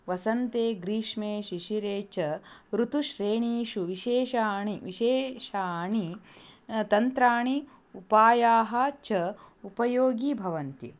वसन्ते ग्रीष्मे शिशिरे च ऋतुश्रेणीषु विशेषाणि विशेषाणि तन्त्राणि उपायाः च उपयोगिनः भवन्ति